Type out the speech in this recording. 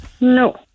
No